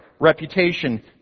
reputation